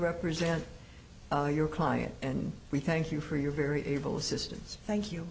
represent your client and we thank you for your very able assistance thank you